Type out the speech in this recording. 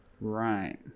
Right